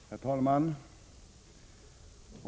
Herr talman!